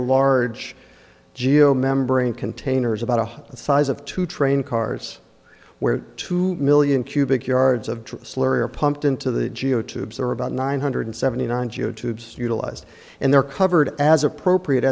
large geo membrane containers about one the size of two train cars where two million cubic yards of dry slurry are pumped into the geo tubes are about nine hundred seventy nine geo tubes utilized and they're covered as appropriate